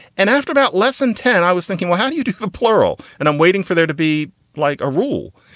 and after about less than ten, i was thinking, well, how do you take the plural? and i'm waiting for there to be like a rule.